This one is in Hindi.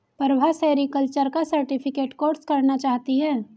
प्रभा सेरीकल्चर का सर्टिफिकेट कोर्स करना चाहती है